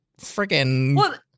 freaking